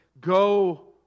go